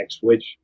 which-